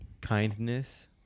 Kindness